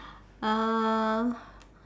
uh